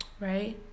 Right